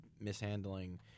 mishandling